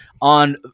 on